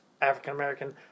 african-american